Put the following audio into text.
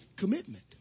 commitment